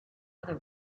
other